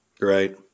Right